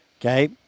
okay